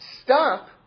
stop